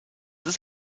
ist